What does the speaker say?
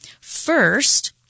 first